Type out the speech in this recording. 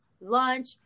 lunch